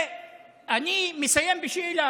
תקשיב,